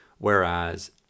Whereas